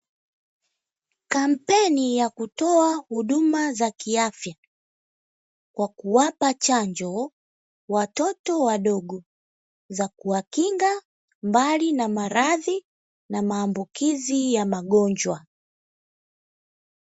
Kampeni ya kutoa huduma za kiafya kwa kuwapa chanjo watoto wadogo za kuwakinga mbali na maradhi na maambukizi ya magonjwa.